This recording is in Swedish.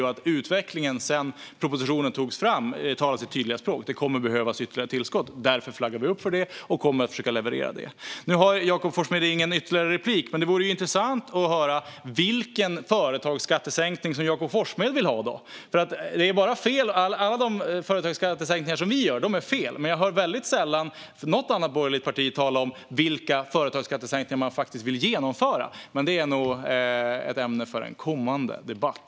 Utvecklingen sedan propositionen togs fram talar sitt tydliga språk. Det kommer att behövas ytterligare tillskott. Därför flaggar vi för det och kommer att försöka leverera det. Jakob Forssmed har ingen replik kvar, men det vore intressant att få höra vilken företagsskattesänkning Jakob Forssmed vill ha. Alla de företagsskattesänkningar vi gör är tydligen fel, men jag hör väldigt sällan något annat borgerligt parti tala om vilka företagsskattesänkningar man faktiskt vill genomföra. Men det är nog ett ämne för en kommande debatt.